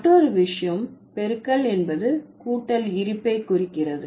மற்றொரு விஷயம் பெருக்கல் என்பது கூட்டல் இருப்பை குறிக்கிறது